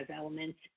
elements